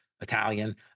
Italian